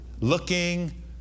looking